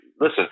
listen